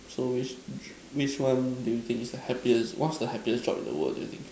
so which dream which one do you think it's the happiest what's the happiest job in the world that you think